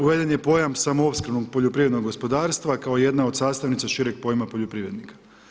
Uveden je pojam samoopskrbnog poljoprivrednog gospodarstva kao jedna od sastavnica šireg pojma poljoprivrednika.